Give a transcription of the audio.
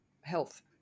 health